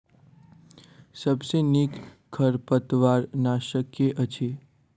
सबसँ नीक खरपतवार नाशक केँ अछि?